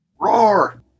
Roar